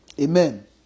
Amen